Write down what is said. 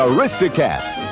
Aristocats